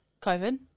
COVID